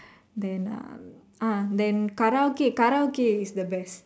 then uh ah Karaoke Karaoke is the best